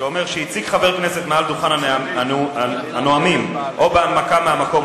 שאומר: "הציג חבר כנסת מעל דוכן הנואמים או בהנמקה מהמקום